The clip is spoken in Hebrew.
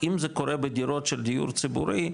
אם זה קורה בדירות של דיור ציבורי,